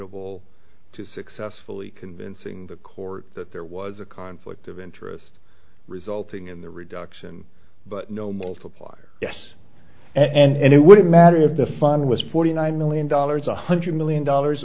attributable to successfully convincing the court that there was a conflict of interest resulting in the reduction but no multiplier yes and it wouldn't matter if the fine was forty nine million dollars one hundred million dollars